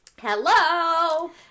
hello